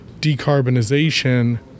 decarbonization